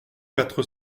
quatre